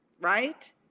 right